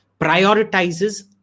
prioritizes